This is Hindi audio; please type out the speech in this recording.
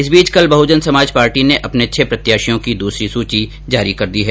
इस बीच कल बहुजन समाज पार्टी ने अपने छह प्रत्याशियों की दूसरी सूची जारी कर दी है